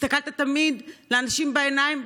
הסתכלת תמיד לאנשים בעיניים,